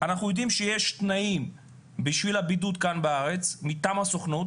אנחנו יודעים שיש תנאים בשביל הבידוד בארץ מטעם הסוכנות,